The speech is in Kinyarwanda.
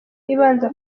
ibanza